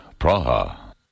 Praha